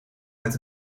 met